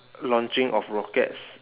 launching of rockets